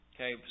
Okay